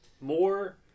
More